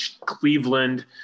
Cleveland